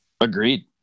Agreed